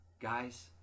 Guys